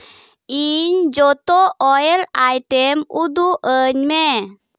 ᱤᱧ ᱡᱚᱛᱚ oil item ᱩᱫᱩᱜ ᱟᱹᱧ ᱢᱮ